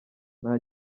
nta